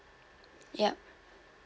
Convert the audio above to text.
yup